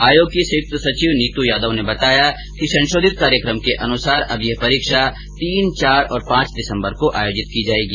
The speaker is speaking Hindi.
आयोग की संयुक्त सचिव नीत यादव ने बताया कि संशोधित कार्यक्रम के अनुसार अब यह परीक्षा तीनचार और पांच दिसंबर को आयोजित की जाएगी